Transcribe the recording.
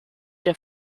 der